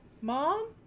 Mom